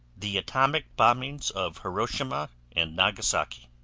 the atomic bombings of hiroshima and nagasaki